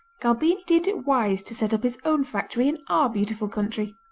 galbini deemed it wise to set up his own factory in our beautiful country.